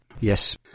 Yes